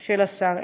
של השר.